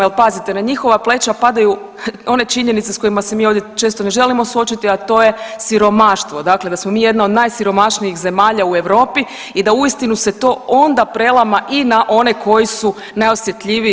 Jer pazite na njihova pleća padaju, one činjenice sa kojima se mi ovdje često ne želimo suočiti a to je siromaštvo, dakle da smo mi jedna od najsiromašnijih zemalja u Europi i da uistinu se to onda prelama i na one koji su najosjetljiviji.